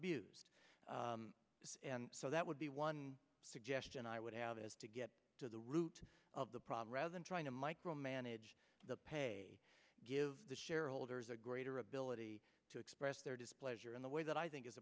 abused and so that would be one suggestion i would have is to get to the root of the problem rather than trying to micromanage the pay give the shareholders a greater ability to express their displeasure in the way that i think is